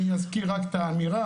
אני מזכיר רק את האמירה.